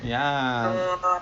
ya